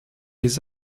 des